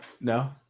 No